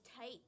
tight